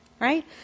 Right